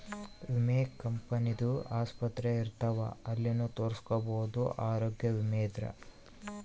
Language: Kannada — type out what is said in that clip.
ವಿಮೆ ಕಂಪನಿ ದು ಆಸ್ಪತ್ರೆ ಇರ್ತಾವ ಅಲ್ಲಿನು ತೊರಸ್ಕೊಬೋದು ಆರೋಗ್ಯ ವಿಮೆ ಇದ್ರ